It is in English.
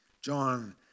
John